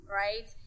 right